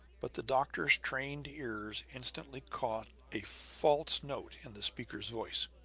but the doctor's trained ears instantly caught a false note in the speaker's voice.